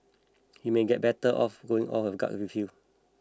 he may get better off going with his gut feel